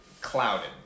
clouded